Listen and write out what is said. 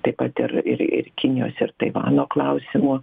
taip pat ir ir ir kinijos ir taivano klausimu